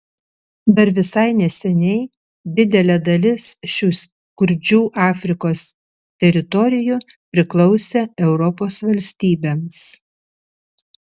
dar visai neseniai didelė dalis šių skurdžių afrikos teritorijų priklausė europos valstybėms